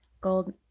gold